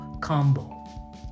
combo